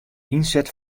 ynset